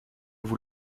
vous